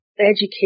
education